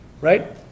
right